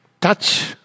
touch